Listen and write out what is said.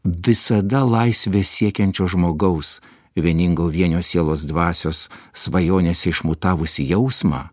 visada laisvės siekiančio žmogaus vieningo vienio sielos dvasios svajonės išmutavusį jausmą